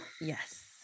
Yes